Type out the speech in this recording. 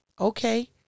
okay